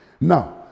Now